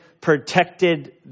protected